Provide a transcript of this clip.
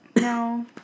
no